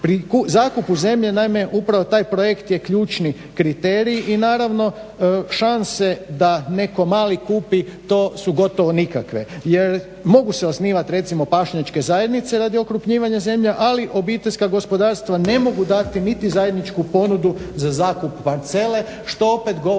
Pri zakupu zemlje naime upravo taj projekt je ključni kriterij i naravno šanse da netko mali kupi to su nikakve. Jer mogu se osnivati recimo pašnjačke zajednice radi okrupnjivanja zemlje, ali obiteljska gospodarstva ne mogu dati niti zajedničku ponudu za zakup parcele što opet govori